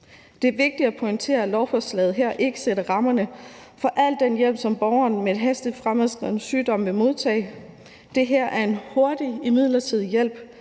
Det er vigtigt at pointere, at lovforslaget her ikke sætter rammerne for al den hjælp, som en borger med en hastigt fremadskridende sygdom vil modtage. Det her er en hurtig midlertidig hjælp,